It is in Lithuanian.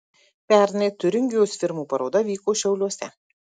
pernai tiuringijos firmų paroda vyko šiauliuose